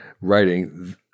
writing